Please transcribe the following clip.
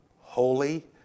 holy